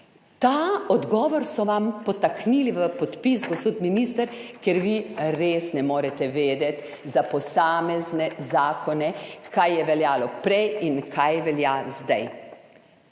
Ta odgovor so vam podtaknili v podpis, gospod minister, ker vi res ne morete vedeti za posamezne zakone, kaj je veljalo prej in kaj velja zdaj.